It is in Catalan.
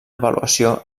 avaluació